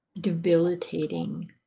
debilitating